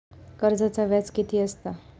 कर्जाचा व्याज कीती असता?